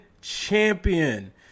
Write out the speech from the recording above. champion